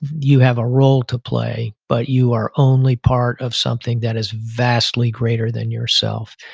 you have a role to play, but you are only part of something that is vastly greater than yourself.